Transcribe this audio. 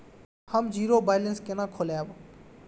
हम zero balance केना खोलैब?